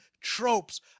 tropes